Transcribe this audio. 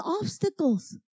obstacles